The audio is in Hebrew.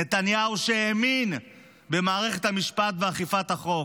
נתניהו שהאמין במערכת המשפט ואכיפת החוק.